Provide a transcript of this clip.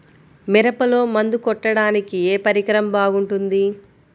మిరపలో మందు కొట్టాడానికి ఏ పరికరం బాగుంటుంది?